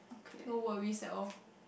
no worries at all